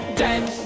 dead